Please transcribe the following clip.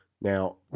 Now